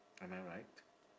am I right